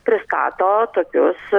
pristato tokius